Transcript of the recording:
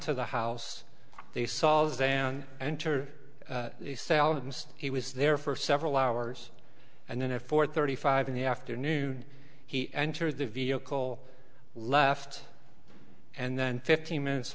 to the house they saw as dan entered the cell and he was there for several hours and then at four thirty five in the afternoon he entered the vehicle left and then fifteen minutes